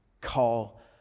call